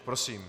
Prosím.